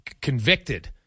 convicted